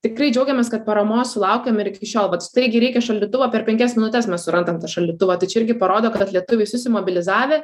tikrai džiaugiamės kad paramos sulaukiam ir iki šiol vat staigiai reikia šaldytuvo per penkias minutes mes surandam tą šaldytuvą tai čia irgi parodo kad lietuviai susimobilizavę